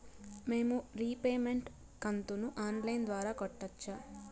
మేము రీపేమెంట్ కంతును online ద్వారా కట్టొచ్చా